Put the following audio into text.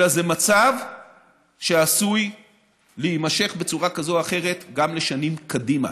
אלא זה מצב שעשוי להימשך בצורה כזאת או אחרת גם שנים קדימה,